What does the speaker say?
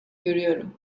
görüyorum